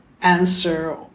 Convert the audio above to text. answer